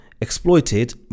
exploited